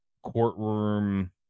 courtroom